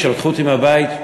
כשלקחו אותי מהבית,